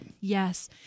Yes